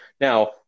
Now